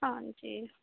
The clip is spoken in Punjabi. ਹਾਂਜੀ